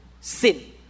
sin